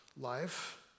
life